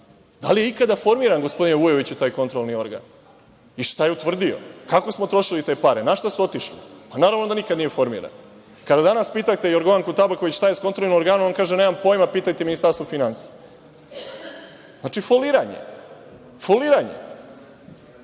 Da li je ikada formiran, gospodine Vujoviću, taj kontrolni organ i šta je utvrdio? Kako smo trošili te pare? Na šta su otišle? Naravno da nikada nije formiran. Kada danas pitate Jorgovanku Tabaković - šta je sa kontrolnim organom, ona kaže – nemam pojma, pitajte Ministarstvo finansija. Znači, foliranje, mislim,